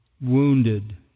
wounded